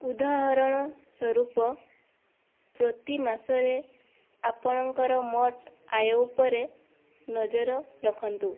ଉଦାହରଣ ପ୍ରତି ମାସରେ ଆପଣଙ୍କର ମୋଟ ଆୟ ଉପରେ ନଜର ରଖନ୍ତୁ